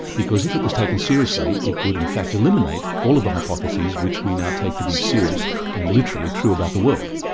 because if it was taken seriously, it would in fact eliminate all of the hypotheses which we now take to be serious and literally true about the world.